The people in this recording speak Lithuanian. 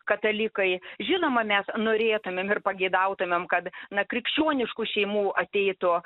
katalikai žinoma mes norėtumėm ir pageidautumėm kad na krikščioniškų šeimų ateitų